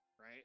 right